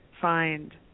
find